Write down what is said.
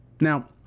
Now